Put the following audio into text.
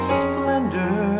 splendor